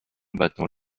battant